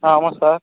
ஆ ஆமாம் சார்